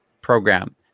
program